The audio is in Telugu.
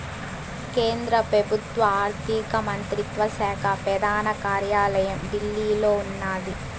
కేంద్ర పెబుత్వ ఆర్థిక మంత్రిత్వ శాక పెదాన కార్యాలయం ఢిల్లీలో ఉన్నాది